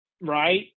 right